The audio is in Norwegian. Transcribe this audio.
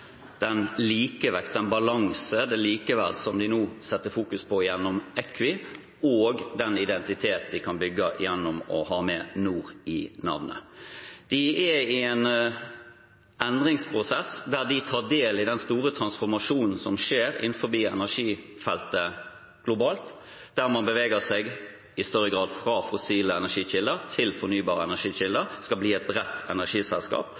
den identiteten de kan bygge gjennom å ha med «nor» i navnet. De er i en endringsprosess hvor de tar del i den store transformasjonen som skjer innenfor energifeltet globalt, der man i større grad beveger seg vekk fra fossile energikilder til fornybare energikilder og skal bli et bredt energiselskap.